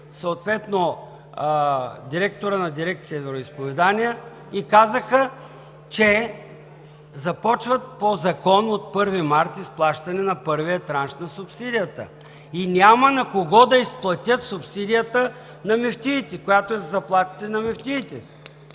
съответно директорът на Дирекция „Вероизповедания“, и казаха, че започват по закон от 1 март изплащане на първия транш на субсидията и няма на кого да изплатят субсидията на мюфтиите, която е за заплатите на мюфтиите.